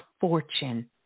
fortune